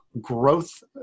Growth